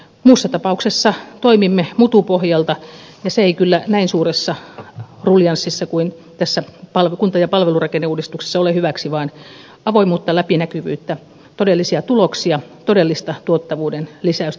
muussa tapauksessa toimimme mutu pohjalta ja se ei kyllä näin suuressa ruljanssissa kuin tässä kunta ja palvelurakenneuudistuksessa ole hyväksi vaan avoimuutta läpinäkyvyyttä todellisia tuloksia todellista tuottavuuden lisäystä tarvitaan